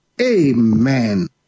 Amen